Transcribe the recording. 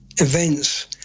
events